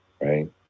right